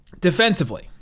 Defensively